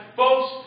folks